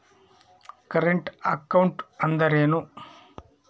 Current account ಅಂದರೇನು?